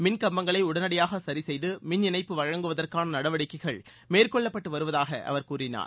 மின் கம்பங்களை உடனடியாக சரி செய்து மின் இணைப்பு வழங்குவதற்கான நடவடிக்கைகள் மேற்கொள்ளப்பட்டு வருவதாக அவர் கூறினார்